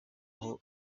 aho